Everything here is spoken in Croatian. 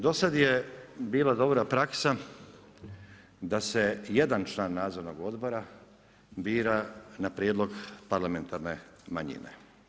Dosad je bilo dobra praksa da se jedan član nadzornog odbora bira na prijedlog parlamentarne manjine.